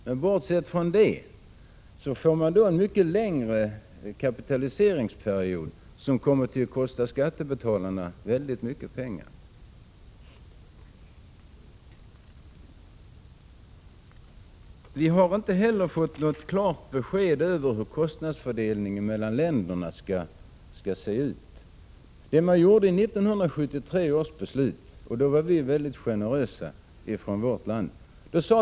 Man får hur som helst en mycket längre kapitaliseringsperiod, vilket kommer att kosta skattebetalarna väldigt mycket pengar. Vi har inte heller fått något klart besked om hur kostnadsfördelningen mellan länderna skall se ut. Vid 1973 års beslut var vi från svensk sida väldigt generösa.